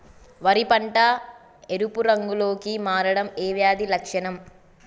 వరి పంట ఎరుపు రంగు లో కి మారడం ఏ వ్యాధి లక్షణం?